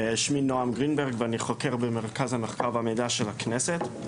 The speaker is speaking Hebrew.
שמי נעם גרינברג ואני חוקר במרכז המידע והמחקר של הכנסת.